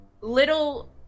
little